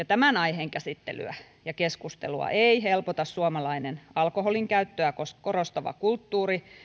tämän aiheen käsittelyä ja keskustelua ei helpota suomalainen alkoholinkäyttöä korostava kulttuuri